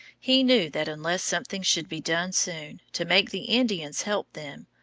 he knew that unless something should be done soon to make the indians help them,